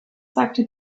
sagte